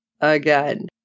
again